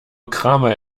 kramer